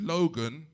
Logan